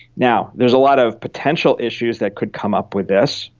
now, there's a lot of potential issues that could come up with this.